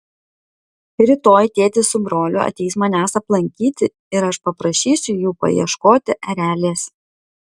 rytoj tėtis su broliu ateis manęs aplankyti ir aš paprašysiu jų paieškoti erelės